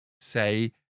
Say